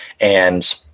and-